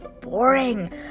boring